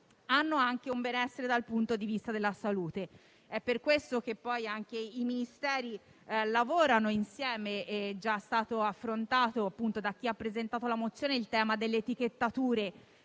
ha anche benessere dal punto di vista della salute. È per questo che anche i Ministeri lavorano insieme. È già stato affrontato da chi ha presentato la mozione il tema dell'etichettatura